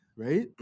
right